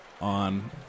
on